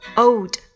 old